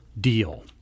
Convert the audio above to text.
deal